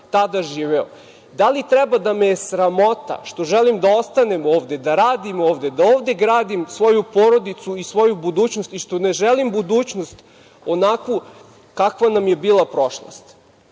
tada živeo? Da li treba da me je sramota što želim da ostanem ovde, da radim ovde, da ovde gradim svoju porodicu i svoju budućnost i što ne želim budućnost onakvu kakva nam je bila prošlost? Zašto